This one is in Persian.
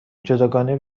جداگانه